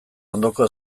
ondoko